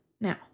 now